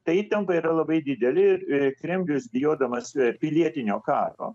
ta įtampa yra labai didelė ir kremlius bijodamas pilietinio karo